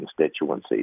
constituencies